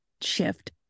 shift